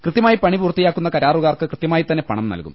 കൃത്യമായി പണി പൂർത്തിയാക്കുന്ന കരാറുകാർക്ക് കൃത്യമായിത്തന്നെ പണം നൽകും